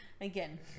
again